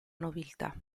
nobiltà